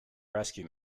rescue